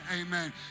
Amen